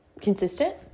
consistent